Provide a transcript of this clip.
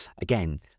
again